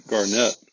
Garnett